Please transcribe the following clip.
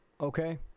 Okay